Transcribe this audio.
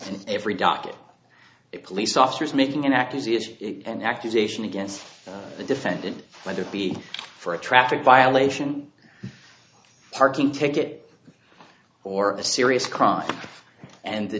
and every docket it police officers making an accusation and accusation against the defendant whether it be for a traffic violation parking ticket or a serious crime and the